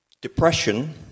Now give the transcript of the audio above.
depression